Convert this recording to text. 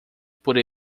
por